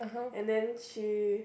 and then she